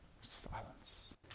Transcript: Silence